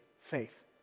faith